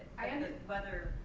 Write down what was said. and the weather,